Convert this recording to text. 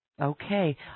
Okay